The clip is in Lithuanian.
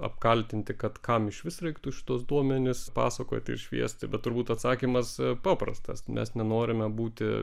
apkaltinti kad kam išvis reiktų šituos duomenis pasakoti ir šviesti bet turbūt atsakymas paprastas mes nenorime būti